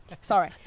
Sorry